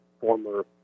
former